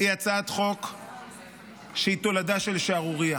היא הצעת חוק שהיא תולדה של שערורייה.